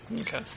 Okay